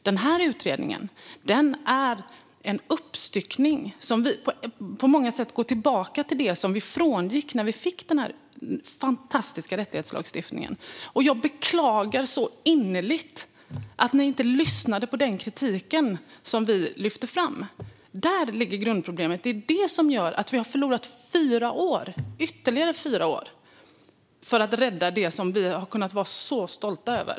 Den här utredningen innebär en uppstyckning som gör att vi på många sätt går tillbaka till det som vi frångick när vi fick den här fantastiska rättighetslagstiftningen. Jag beklagar så innerligt att ni inte lyssnade på den kritik som vi lyfte fram. Där ligger grundproblemet. Det är det som gör att vi har förlorat ytterligare fyra år i arbetet för att rädda det som vi har kunnat vara så stolta över.